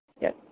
Yes